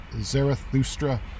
Zarathustra